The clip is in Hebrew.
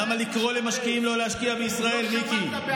למה לקרוא למשקיעים לא להשקיע בישראל, מיקי?